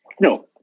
No